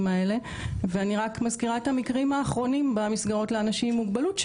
האלה ואני רק מזכירה את המקרים האחרונים במסגרות לאנשים עם מוגבלות,